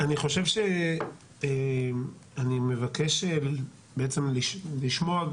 אני חושב שאני מבקש בעצם לשמוע,